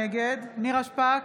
נגד נירה שפק,